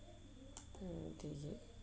V